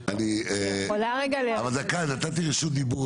אבל דקה נתתי רשות דיבור,